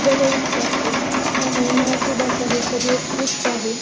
जवळीक साधते त्यामुळे मराठी भाषा ही सर्वोत्कृष्ट आहे